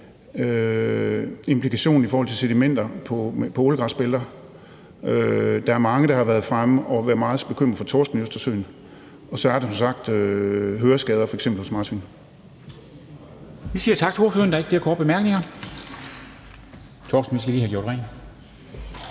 implikationen i forhold til sedimenter på ålegræsbælter. Der er mange, der har været fremme og været meget bekymrede for torsken i Østersøen. Og så er der som sagt høreskader, f.eks. hos marsvin. Kl. 09:17 Formanden (Henrik Dam Kristensen): Vi siger tak til